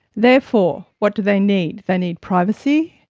therefore, what do they need? they need privacy,